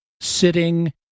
sitting